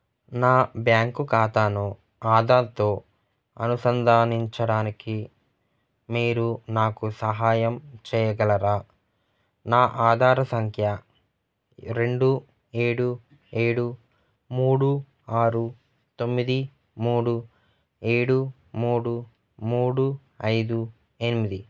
నా బ్యాంకు ఖాతాను ఆధార్తో అనుసంధానించడానికి మీరు నాకు సహాయం చేయగలరా నా ఆధార్ సంఖ్య రెండు ఏడు ఏడు మూడు ఆరు తొమ్మిది మూడు ఏడు మూడు మూడు ఐదు ఎనిమిది